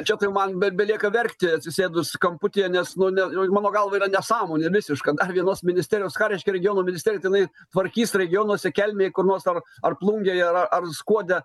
čia tai man be belieka verkti atsisėdus kamputyje nes nu ne mano galva yra nesąmonė visiška dar vienos ministerijos ką reiškia regionų ministerija tai jinai tvarkys regionuose kelmėj kur nors ar ar plungėje ar ar skuode